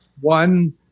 One-